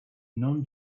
non